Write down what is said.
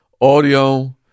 Audio